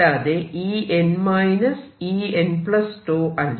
അല്ലാതെ En Enτ അല്ല